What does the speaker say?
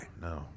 No